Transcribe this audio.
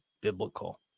biblical